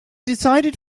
decided